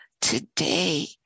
today